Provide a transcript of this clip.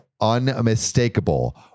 unmistakable